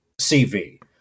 CV